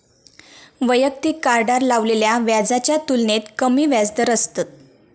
वैयक्तिक कार्डार लावलेल्या व्याजाच्या तुलनेत कमी व्याजदर असतत